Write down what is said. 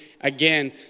again